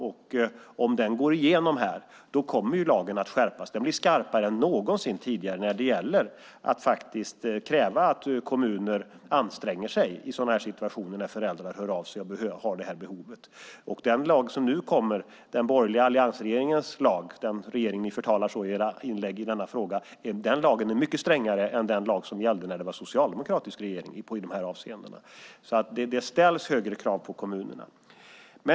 Om förslaget går igenom kommer lagen att skärpas. Den blir skarpare än någonsin tidigare när det gäller att kräva att kommuner anstränger sig i situationer när föräldrar hör av sig och har detta behov. Den lag som nu föreslås av den borgerliga alliansregeringen, som ni förtalar så i era inlägg, är mycket strängare i dessa avseenden än den lag som gällde när det var socialdemokratisk regering. Det ställs alltså högre krav på kommunerna.